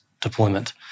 deployment